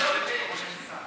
אתם לא מצביעם על דבר אחד גזעני,